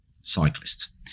cyclists